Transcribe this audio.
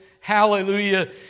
Hallelujah